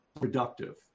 productive